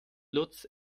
lutz